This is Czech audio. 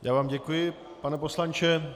Já vám děkuji, pane poslanče.